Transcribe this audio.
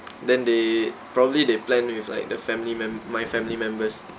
then they probably they plan with like the family mem~ my family members